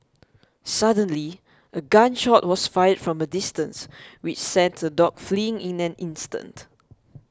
suddenly a gun shot was fired from a distance which sent the dogs fleeing in an instant